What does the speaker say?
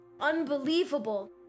Unbelievable